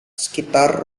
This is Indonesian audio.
sekitar